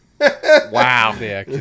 wow